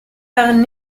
darin